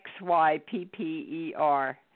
xypper